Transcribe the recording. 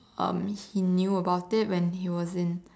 um he knew about it when he was in